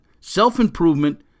self-improvement